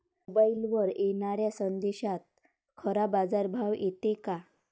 मोबाईलवर येनाऱ्या संदेशात खरा बाजारभाव येते का?